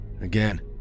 Again